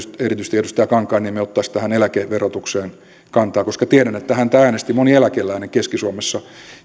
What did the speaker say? erityisesti edustaja kankaanniemi ottaisi tähän eläkeverotukseen kantaa koska tiedän että häntä äänesti moni eläkeläinen keski suomessa